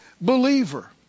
believer